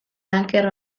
anker